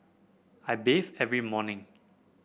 I bathe every morning